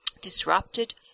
disrupted